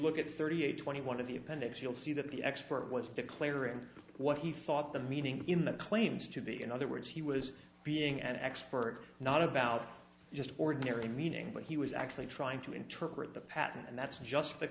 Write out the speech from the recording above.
look at thirty eight twenty one of the appendix you'll see that the expert was declaring what he thought the meaning in the claims to be in other words he was being an expert not about just ordinary meaning but he was actually trying to interpret the patent and that's just the